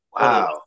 wow